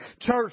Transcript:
Church